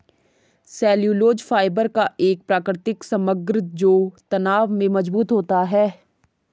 cellulose fibre का एक प्राकृतिक समग्र जो तनाव में मजबूत होता है